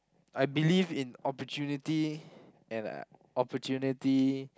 I believe in opportunity and uh opportunity